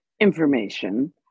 information